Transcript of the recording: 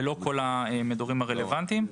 ולא כל המדורים הרלוונטיים,